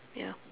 ya